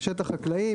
שטח חקלאי,